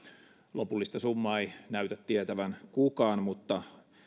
lopullista summaa ei näytä tietävän kukaan mutta